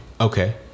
Okay